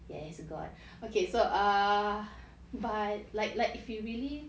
ya its a god okay so err but like like if you really